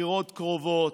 הבחירות קרובות.